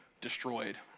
destroyed